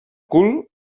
cul